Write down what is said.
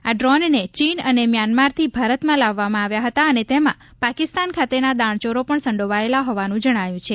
આ ડ્રોનને ચીન અને મ્યાનમારથી ભારતમાં લાવવામાં આવ્યા હતા અને તેમાં પાકિસ્તાન ખાતેના દાણચોરો પણ સંડોવાયેલા હોવાનું જણાયું છે